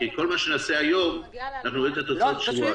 כי כל מה שנעשה היום אנחנו נראה את התוצאות בעוד שבועיים.